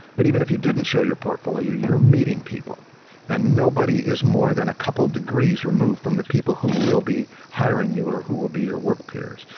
but even if you didn't show your portfolio, you're meeting people and nobody is more than a couple of degrees removed from the people who will be hiring you or who will be your work peers,